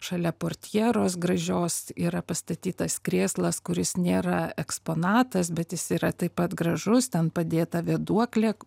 šalia portjeros gražios yra pastatytas krėslas kuris nėra eksponatas bet jis yra taip pat gražus ten padėta vėduoklė